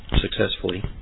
successfully